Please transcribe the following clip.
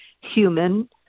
human